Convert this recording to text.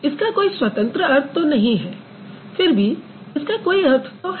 इसका कोई स्वतंत्र अर्थ तो नहीं है किन्तु इसका कोई अर्थ तो है